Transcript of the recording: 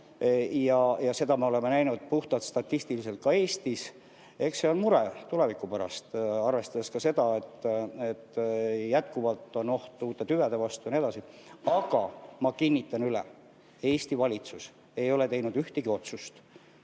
Seda me oleme näinud puhtalt statistiliselt ka Eestis. Eks see on mure tuleviku pärast, arvestades ka seda, et jätkuvalt on oht uute tüvede tekkeks. Aga ma kinnitan üle, et Eesti valitsus ei ole teinud ühtegi otsust,